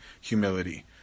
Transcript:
humility